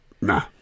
nah